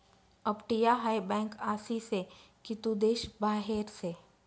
अपटीया हाय बँक आसी से की तू देश बाहेर से